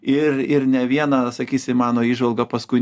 ir ir ne viena sakysi mano įžvalga paskui